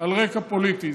על רקע פוליטי.